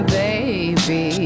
baby